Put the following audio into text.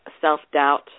self-doubt